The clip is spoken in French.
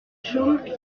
chaumes